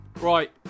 Right